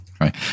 Right